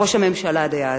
ראש הממשלה דאז.